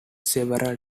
several